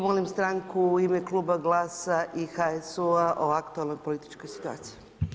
Molim stanku u ime kluba GLAS-a i HSU-a o aktualnoj političkoj situaciji.